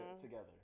together